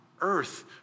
earth